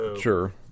Sure